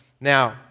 Now